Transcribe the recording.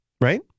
right